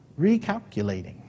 recalculating